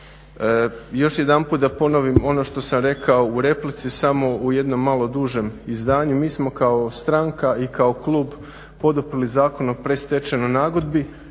Još jedanput da ponovim ono što sam rekao u replici samo u jednom malo dužem izdanju. Mi smo kao stranka i kao klub poduprli Zakon o predstečajnoj nagodbi